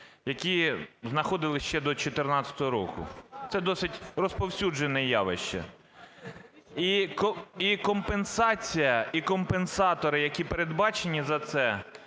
які знаходились ще до 14-го року. Це досить розповсюджене явище. І компенсація, і компенсатори, які передбачені за це,